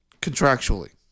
Contractually